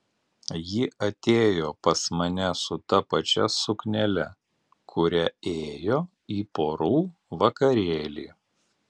ji atėjo pas mane su ta pačia suknele kuria ėjo į porų vakarėlį